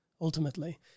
ultimately